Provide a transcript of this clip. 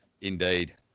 Indeed